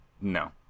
No